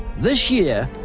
this year,